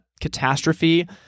catastrophe